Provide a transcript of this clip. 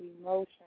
emotion